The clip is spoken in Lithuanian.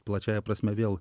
plačiąja prasme vėl